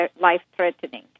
life-threatening